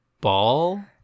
ball